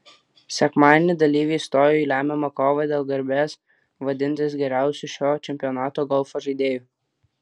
sekmadienį dalyviai stojo į lemiamą kovą dėl garbės vadintis geriausiu šio čempionato golfo žaidėju